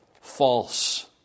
false